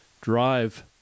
drive